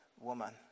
woman